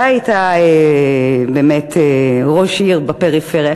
אתה היית באמת ראש עיר בפריפריה,